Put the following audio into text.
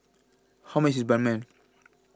How much IS Ban Mian